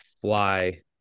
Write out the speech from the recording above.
fly